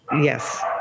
yes